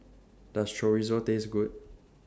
Does Chorizo Taste Good